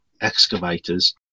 excavators